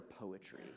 poetry